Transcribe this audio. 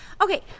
Okay